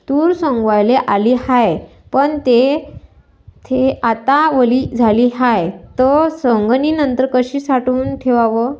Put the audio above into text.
तूर सवंगाले आली हाये, पन थे आता वली झाली हाये, त सवंगनीनंतर कशी साठवून ठेवाव?